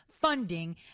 funding